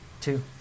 Two